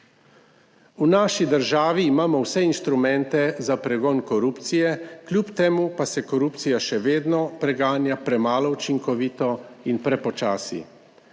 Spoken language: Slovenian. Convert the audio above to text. V naši državi imamo vse inštrumente za pregon korupcije, kljub temu pa se korupcija še vedno preganja premalo učinkovito in prepočasi.